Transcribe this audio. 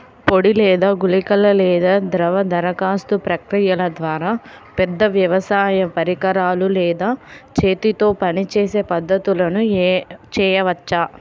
పొడి లేదా గుళికల లేదా ద్రవ దరఖాస్తు ప్రక్రియల ద్వారా, పెద్ద వ్యవసాయ పరికరాలు లేదా చేతితో పనిచేసే పద్ధతులను చేయవచ్చా?